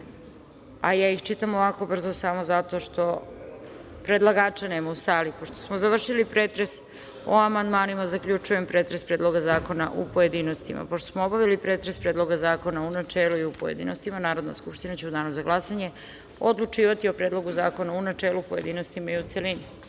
se“.Ja ih čitam ovako brzo samo zato što predlagača nema u sali. Pošto smo završili pretres o amandmanima, zaključujem pretres Predloga zakona u pojedinostima. Pošto smo obavili pretres Predloga zakona u načelu i u pojedinostima Narodna skupština će u danu za glasanje odlučivati o Predlogu zakona u načelu, pojedinostima i u celini. Tačka